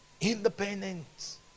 Independence